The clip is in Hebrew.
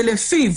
שלפיו